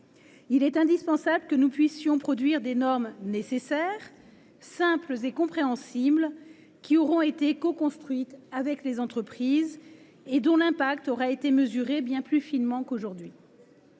Il est indispensable de pouvoir produire des normes nécessaires, simples et compréhensibles, qui auront été coconstruites avec les entreprises, et dont l’impact aura été mesuré bien plus finement qu’aujourd’hui.